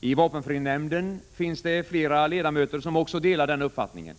I vapenfrinämnden finns det flera ledamöter som också delar den uppfattningen.